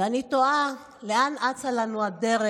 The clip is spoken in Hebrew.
ואני תוהה לאן אצה לנו הדרך,